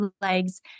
legs